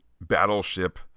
battleship